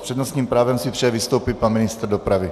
S přednostním právem si přeje vystoupit pan ministr dopravy.